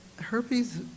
Herpes